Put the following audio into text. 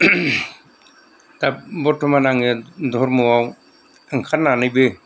दा बरतमान आङो धोरोमाव ओंखारनानैबो